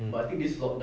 mm